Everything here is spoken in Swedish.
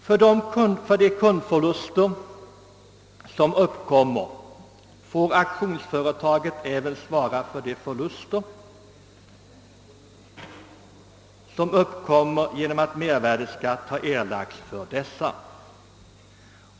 Förutom de kundförluster som uppkommer får alltså auktionsföretaget även svara för de förluster som uppkommer genom att mervärdeskatt har erlagts för dessa.